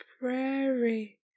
Prairie